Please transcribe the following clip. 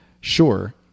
Sure